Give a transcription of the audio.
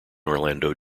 orlando